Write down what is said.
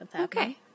Okay